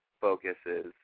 focuses